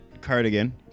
cardigan